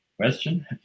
question